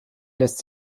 lässt